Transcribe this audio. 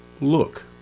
look